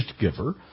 giver